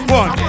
one